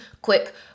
quick